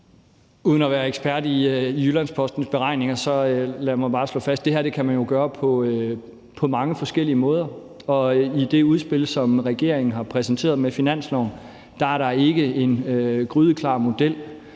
Uden at være ekspert i Jyllands-Postens beregninger så lad mig bare slå fast, at det her kan man jo gøre på mange forskellige måder. Og i det udspil, som regeringen har præsenteret med finanslovsforslaget, er der ikke en grydeklar model.